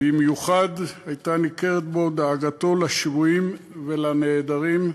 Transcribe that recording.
במיוחד הייתה ניכרת בו דאגתו לשבויים ולנעדרים,